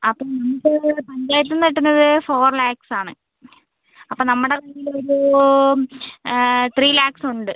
അപ്പോൾ നമുക്ക് പഞ്ചായത്തിൽ നിന്ന് കിട്ടുന്നത് ഫോർ ലാക്സ് ആണ് അപ്പോൾ നമ്മുടെ കയ്യിൽ ഒരു ത്രീ ലാക്സ് ഉണ്ട്